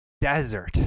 desert